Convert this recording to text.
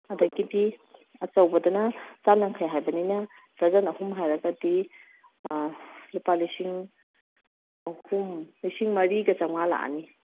ꯑꯗꯒꯤꯗꯤ ꯑꯆꯧꯕꯗꯅ ꯆꯥꯝꯃ ꯌꯥꯡꯈꯩ ꯍꯥꯏꯕꯅꯤꯅ ꯗꯔꯖꯟ ꯑꯍꯨꯝ ꯍꯥꯏꯔꯒꯗꯤ ꯂꯨꯄꯥ ꯂꯤꯁꯤꯡ ꯑꯍꯨꯝ ꯂꯤꯁꯤꯡ ꯃꯔꯤꯒ ꯆꯥꯃꯉꯥ ꯂꯥꯛꯑꯅꯤ